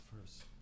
first